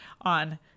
on